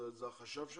זה החשב שלהם?